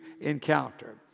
encounter